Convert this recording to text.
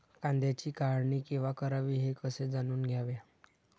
कांद्याची काढणी केव्हा करावी हे कसे जाणून घ्यावे?